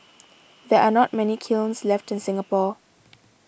there are not many kilns left in Singapore